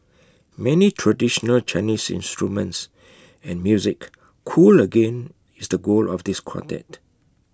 many traditional Chinese instruments and music cool again is the goal of this quartet